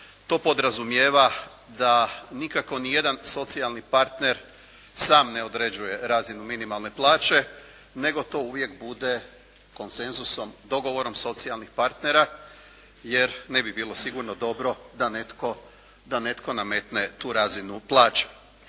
to podrazumijeva da nikako niti jedan socijalni partner sam ne određuje razinu minimalne plaće nego to uvijek bude konsenzusom, dogovorom socijalnih partnera, jer ne bi bilo sigurno dobro da netko nametne tu razinu plaće.